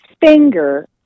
finger